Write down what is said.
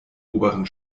oberen